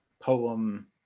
poem